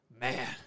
man